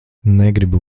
negribu